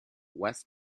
west